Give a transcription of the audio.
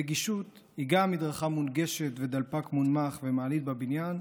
נגישות היא גם מדרכה מונגשת ודלפק מונמך ומעלית בבניין,